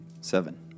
Seven